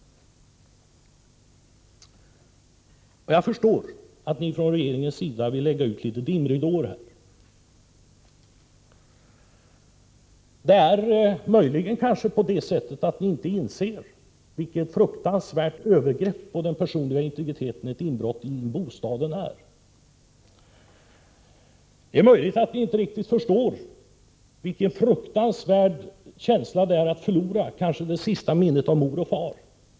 Jag förstår att ni från regeringens sida vill lägga ut litet dimridåer här. Det är möjligen på det sättet att ni inte inser vilket fruktansvärt övergrepp på den personliga integriteten ett inbrott i bostaden är. Det är möjligt att ni inte riktigt förstår vilken fruktansvärd känsla det är att förlora kanske det sista minnet av mor och far.